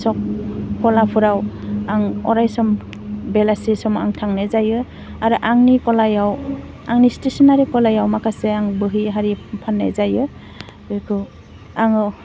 सक गलाफोराव आं अराय सम बेलासे सम आं थांनाय जायो आरो आंनि गलायाव आंनि स्टेसनारि गलायाव माखासे आं बहि आरि फान्नाय जायो बेखौ आङो